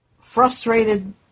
frustrated